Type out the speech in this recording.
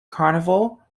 carnival